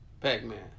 Pac-Man